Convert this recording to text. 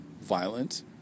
violent